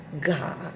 God